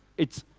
it's